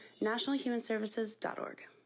nationalhumanservices.org